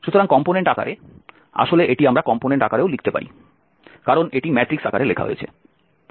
সুতরাং কম্পোনেন্ট আকারে আসলে এটি আমরা কম্পোনেন্ট আকারেও লিখতে পারি কারণ এটি ম্যাট্রিক্স আকারে লেখা হয়েছে